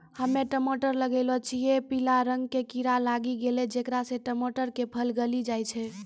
हम्मे टमाटर लगैलो छियै पीला रंग के कीड़ा लागी गैलै जेकरा से टमाटर के फल गली जाय छै?